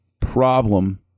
problem